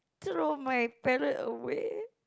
throw my parrot away